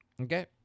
Okay